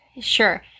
sure